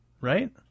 Right